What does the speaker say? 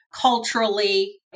culturally